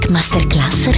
Masterclass